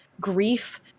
grief